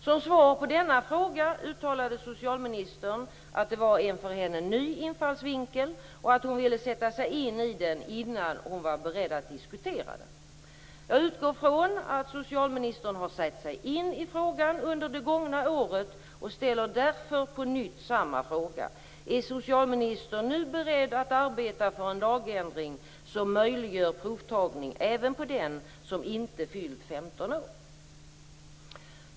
Som svar på denna fråga uttalade socialministern att det var en för henne ny infallsvinkel och att hon ville sätta sig in i den innan hon var beredd att diskutera den. Jag utgår från att socialministern har satt sig in i frågan under det gångna året och ställer därför på nytt samma fråga: Är socialministern nu beredd att arbeta för en lagändring som möjliggör provtagning även på den som inte fyllt 15 år?